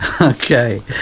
Okay